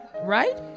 Right